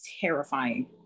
terrifying